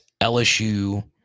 LSU